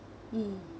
mm